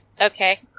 Okay